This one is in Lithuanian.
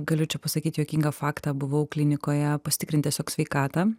galiu čia pasakyt juokingą faktą buvau klinikoje pasitikrint tiesiog sveikatą